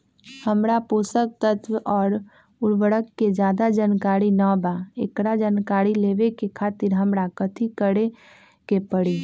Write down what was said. हमरा पोषक तत्व और उर्वरक के ज्यादा जानकारी ना बा एकरा जानकारी लेवे के खातिर हमरा कथी करे के पड़ी?